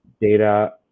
data